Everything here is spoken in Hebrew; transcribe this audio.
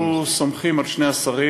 אנחנו סומכים על שני השרים,